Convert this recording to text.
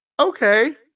okay